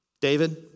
David